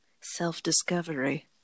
self-discovery